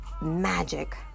magic